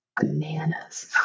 bananas